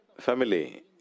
family